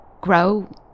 grow